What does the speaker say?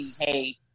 hey